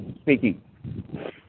speaking